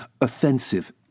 offensive